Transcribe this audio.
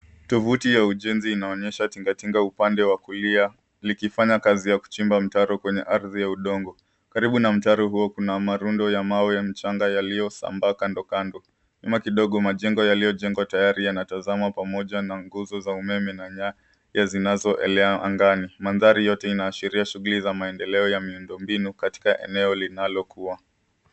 Tovuti ya ujenzi inaonyesha tingatinga upande wa kulia likifanya kazi ya kuchimba mitaro kwenye ardhi ya udongo. Karibu na mitaro huo kuna marundo ya mawe mchanga yaliyosambaa kandokando. Nyuma kidogo majengo yaliyojengwa tayari yanatazama pamoja na nguzo za umeme na nyaya zinazoelea angani Mandhari yote Inaashiria shughuli za maendeleo ya miundombinu katika eneo linalokua.